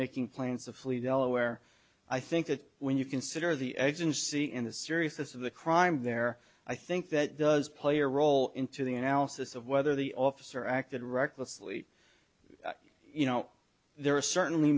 making plans to flee delaware i think that when you consider the edge and see in the seriousness of the crime there i think that does play a role into the analysis of whether the officer acted recklessly you know there are certainly